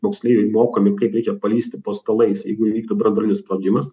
moksleiviai mokomi kaip reikia palįsti po stalais jeigu įvyktų branduolinis sprogimas